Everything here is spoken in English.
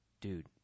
Dude